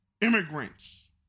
immigrants